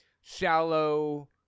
shallow